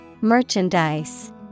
Merchandise